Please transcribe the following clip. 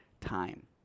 time